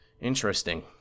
Interesting